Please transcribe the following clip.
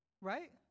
Right